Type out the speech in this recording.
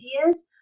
ideas